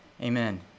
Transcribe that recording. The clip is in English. amen